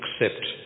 accept